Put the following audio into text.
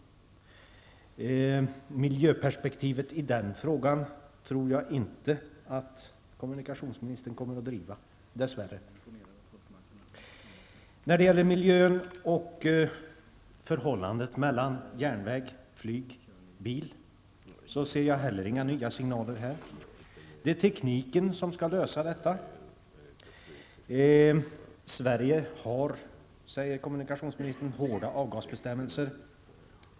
Jag tror dess värre inte att kommunikationsministern kommer att driva miljöperspektivet i den frågan. När det gäller miljön och förhållandet mellan järnväg, flyg och bil ser jag heller inga nya signaler. Det är tekniken som skall lösa detta. Sverige har, säger kommunikationsministern, stränga avgasbestämmelser.